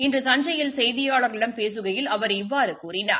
இன்று தஞ்சையில் செய்தியாளர்களிடம் பேசுகையில் அவர் இவ்வாறு கூறினார்